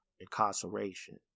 incarceration